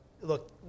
look